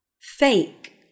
Fake